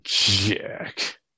Jack